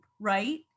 right